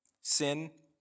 Sin